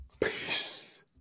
Peace